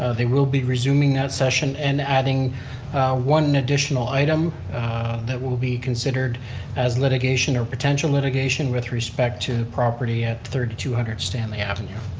they will be resuming that session and adding one additional item that will be considered as litigation or potential litigation with respect to property at three thousand two hundred stanley avenue.